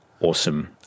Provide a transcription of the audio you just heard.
awesome